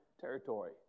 territory